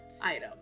item